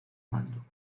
mando